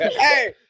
Hey